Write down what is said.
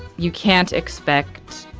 you can't expect.